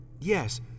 Yes